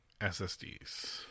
SSDs